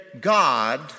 God